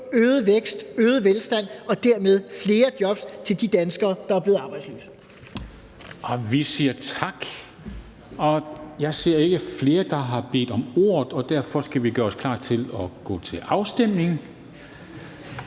øget vækst, øget velstand og dermed flere jobs til de danskere, der er blevet arbejdsløse.